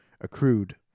accrued